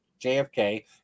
JFK